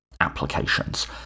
applications